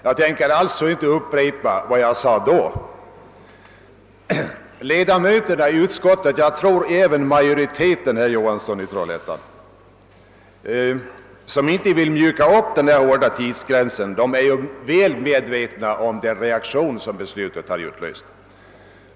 Jag tän ker alltså inte upprepa vad jag sade då. Ledamöterna i utskottet — jag tror även majoriteten, herr Johansson i Trollhättan, som inte vill mjuka upp den hårda tidsgränsen är väl medvetna om den reaktion som beslutet har utlöst.